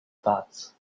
thoughts